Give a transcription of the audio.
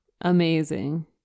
amazing